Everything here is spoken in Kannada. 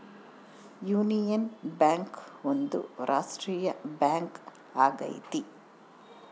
ಯೂನಿಯನ್ ಬ್ಯಾಂಕ್ ಒಂದು ರಾಷ್ಟ್ರೀಯ ಬ್ಯಾಂಕ್ ಆಗೈತಿ